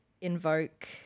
invoke